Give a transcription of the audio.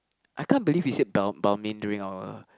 I can't believe he said Bal~ Balmain during our